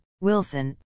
Wilson